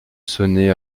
sonner